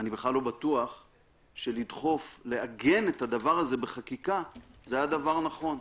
אני בכלל לא בטוח שלעגן את הדבר הזה בחקיקה זה היה דבר נכון.